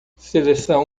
seleção